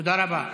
תודה רבה.